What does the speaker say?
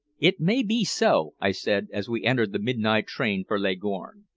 it may be so, i said, as we entered the midnight train for leghorn.